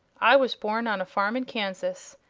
i was born on a farm in kansas,